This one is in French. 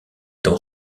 dans